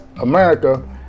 America